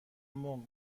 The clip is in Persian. موقع